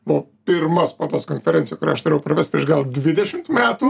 buvo pirma spaudos konferencija kurią aš turėjau pravest prieš gal dvidešimt metų